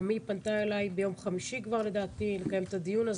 גם היא פנתה אלי ביום חמישי לקיים את הדיון.